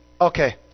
Okay